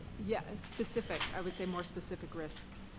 yeah, specific. i would say more specific risks.